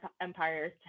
Empire's